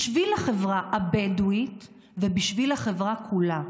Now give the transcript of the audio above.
בשביל החברה הבדואית, ובשביל החברה כולה.